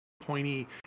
pointy